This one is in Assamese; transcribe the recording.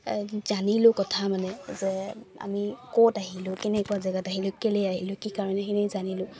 জানিলো কথা মানে যে আমি ক'ত আহিলো কেনেকুৱা জেগাত আহিলো কেলেই আহিলো কি কাৰণে সেইখিনি জানিলো